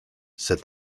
said